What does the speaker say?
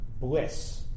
bliss